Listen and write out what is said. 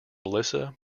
melissa